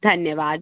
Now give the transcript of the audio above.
धन्यवाद